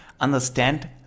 understand